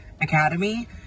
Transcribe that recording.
Academy